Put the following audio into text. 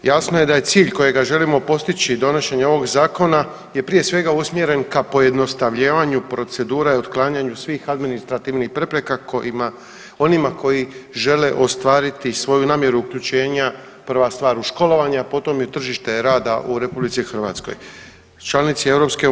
Jasno je da je cilj kojega želimo postići donošenjem ovog zakona je prije svega usmjeren ka pojednostavljivanju procedura i otklanjanju svih administrativnih prepreka kojima, onima koji žele ostvariti svoju namjeru uključenja prva stvar u školovanje, a potom i u tržište rada u RH članici EU.